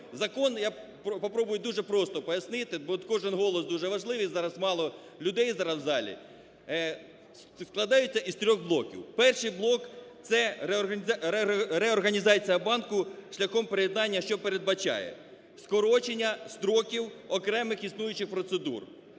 Закон, я попробую дуже просто пояснити, бо кожен голос дуже важливий зараз, мало зараз людей в залі. Складається із трьох блоків, перший блок – це реорганізація банку шляхом приєднання, що передбачає, скорочення строків окремих існуючих процедур